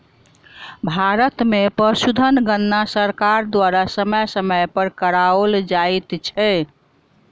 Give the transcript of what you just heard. भारत मे पशुधन गणना सरकार द्वारा समय समय पर कराओल जाइत छै